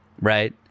right